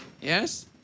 Yes